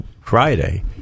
friday